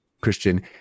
Christian